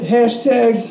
Hashtag